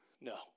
no